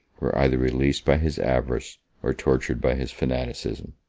were either released by his avarice, or tortured by his fanaticism.